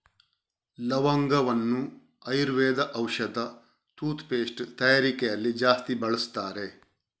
ಲವಂಗವನ್ನ ಆಯುರ್ವೇದ ಔಷಧ, toothpaste ತಯಾರಿಕೆಯಲ್ಲಿ ಜಾಸ್ತಿ ಬಳಸ್ತಾರೆ